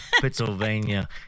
Pennsylvania